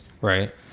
right